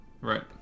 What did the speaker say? right